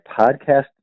podcast